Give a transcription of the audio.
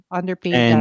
underpaid